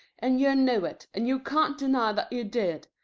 and you knew it, and you can't deny that you did.